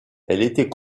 était